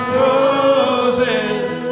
roses